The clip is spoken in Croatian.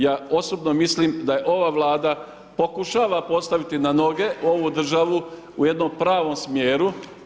Ja osobno mislim da je ova Vlada, pokušava postaviti na noge ovu državu u jednom pravom smjeru.